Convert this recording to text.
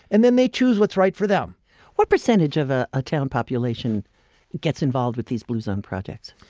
and then they choose what's right for them what percentage of a ah town population gets involved with these blue zone projects?